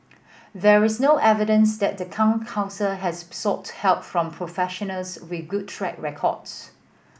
there is no evidence that the Town Council has sought help from professionals with good track records